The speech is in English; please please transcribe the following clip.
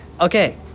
Okay